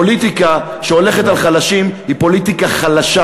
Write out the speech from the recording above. פוליטיקה שהולכת על חלשים היא פוליטיקה חלשה,